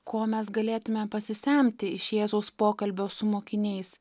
ko mes galėtume pasisemti iš jėzaus pokalbio su mokiniais